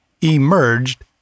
emerged